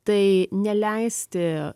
tai neleisti